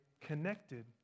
connected